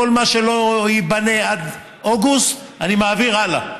כל מה שלא ייבנה עד אוגוסט אני מעביר הלאה,